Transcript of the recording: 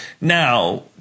Now